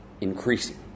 increasing